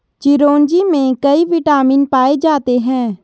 चिरोंजी में कई विटामिन पाए जाते हैं